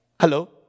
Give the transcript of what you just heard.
Hello